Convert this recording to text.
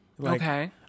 Okay